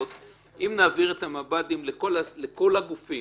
אם נעביר את המב"דים לכל הגופים,